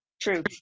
True